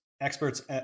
experts